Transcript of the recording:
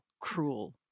cruel